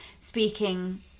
speaking